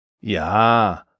Ja